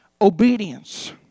obedience